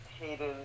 Hayden